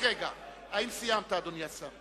האם סיימת, אדוני השר?